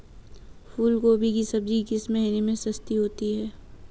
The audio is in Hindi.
फूल गोभी की सब्जी किस महीने में सस्ती होती है?